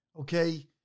okay